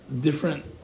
different